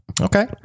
Okay